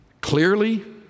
clearly